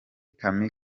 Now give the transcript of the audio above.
kami